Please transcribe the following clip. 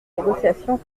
négociation